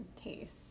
taste